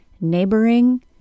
NEIGHBORING